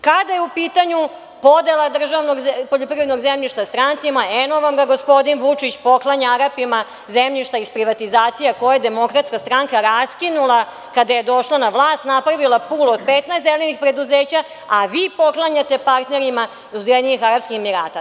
Kada je u pitanju podela državnog poljoprivrednog zemljišta strancima, eno vam ga gospodin Vučić poklanja Arapima zemljište iz privatizacija koje je DS raskinula kada je došla na vlast, napravila plus od 15 zelenih preduzeća a vi poklanjate partnerima iz UAE.